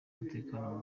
umutekano